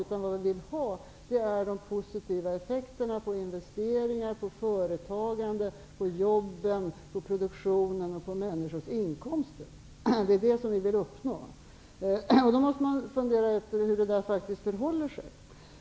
Det vi vill ha är de positiva effekterna på investeringar, företagande, jobb, produktion och människors inkomster. Det är det vi vill uppnå. Då måste man fundera ut hur det faktiskt förhåller sig.